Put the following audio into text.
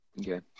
Okay